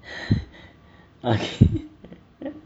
okay